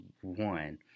one